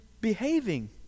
behaving